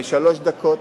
בשלוש דקות